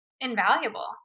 invaluable